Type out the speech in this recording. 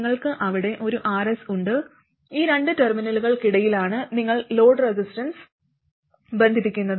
നിങ്ങൾക്ക് അവിടെ ഒരു Rs ഉണ്ട് ഈ രണ്ട് ടെർമിനലുകൾക്കിടയിലാണ് നിങ്ങൾ ലോഡ് റെസിസ്റ്റൻസ് ബന്ധിപ്പിക്കുന്നത്